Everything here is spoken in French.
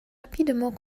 rapidement